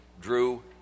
Drew